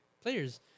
players